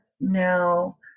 now